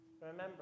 remember